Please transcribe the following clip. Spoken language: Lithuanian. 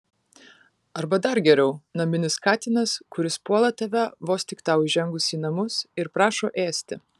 arba dar geriau naminis katinas kuris puola tave vos tik tau įžengus į namus ir prašo ėsti